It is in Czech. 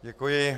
Děkuji.